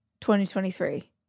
2023